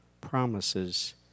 promises